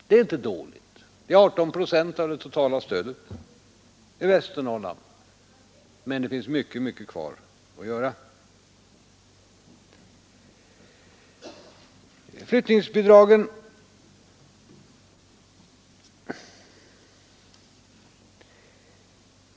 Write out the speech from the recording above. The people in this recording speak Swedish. Det är inte dåligt — det är 18 procent av det totala stödet, men det finns mycket kvar att göra i Västernorrland.